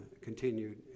continued